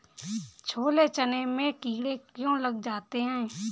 छोले चने में कीड़े क्यो लग जाते हैं?